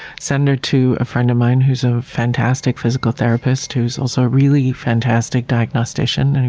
sent her to a friend of mine who's a fantastic physical therapist, who's also really fantastic diagnostician. and